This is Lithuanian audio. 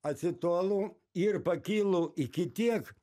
acitolu ir pakylu iki tiek